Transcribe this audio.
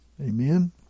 Amen